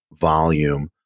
volume